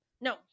No